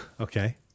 Okay